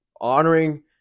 honoring